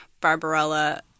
Barbarella